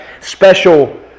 special